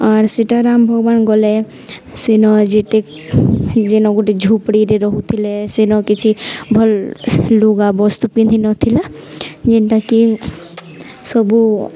ଆର୍ ସେଟା ରାମ ଭଗବାନ ଗଲେ ସେନ ଯେତେ ଯେନ୍ ଗୋଟେ ଝୁପଡ଼ିରେ ରହୁଥିଲେ ସେନ କିଛି ଭଲ ଲୁଗା ବସ୍ତୁ ପିନ୍ଧି ନଥିଲା ଯେନ୍ଟାକି ସବୁ